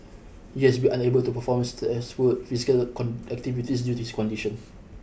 he has been unable to perform stressful physical activities due to his condition